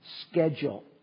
schedule